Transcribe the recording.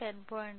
7 10